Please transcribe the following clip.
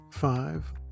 Five